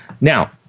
Now